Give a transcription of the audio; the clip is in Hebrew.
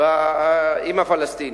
עם הפלסטינים.